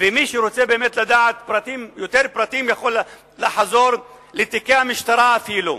ומי שרוצה באמת לדעת יותר פרטים יכול לחזור לתיקי המשטרה אפילו,